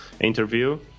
interview